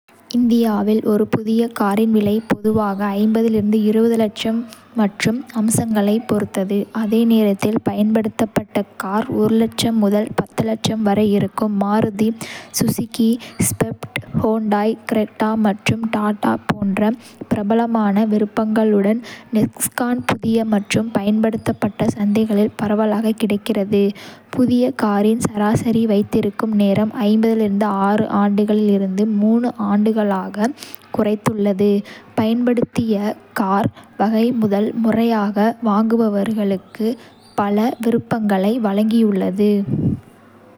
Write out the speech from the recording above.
இந்தியாவில், ஒரு புதிய காரின் விலை பொதுவாக லட்சம் மற்றும் அம்சங்களைப் பொறுத்து, அதே நேரத்தில் பயன்படுத்தப்பட்ட கார் லட்சம் முதல் லட்சம் வரை இருக்கும், Maruti Suzuki Swift, Hyundai Creta மற்றும் டாடா போன்ற பிரபலமான விருப்பங்களுடன் நெக்ஸான் புதிய மற்றும் பயன்படுத்தப்பட்ட சந்தைகளில் பரவலாகக் கிடைக்கிறது. புதிய காரின் சராசரி வைத்திருக்கும் நேரம் ஆண்டுகளில் இருந்து 3 ஆண்டுகளாக குறைந்துள்ளது. பயன்படுத்திய கார் வகை முதல் முறையாக வாங்குபவர்களுக்கு பல விருப்பங்களை வழங்கியுள்ளது.